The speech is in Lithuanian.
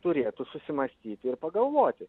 turėtų susimąstyti ir pagalvoti